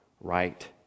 right